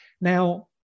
Now